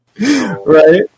Right